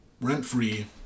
rent-free